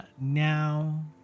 now